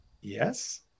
Yes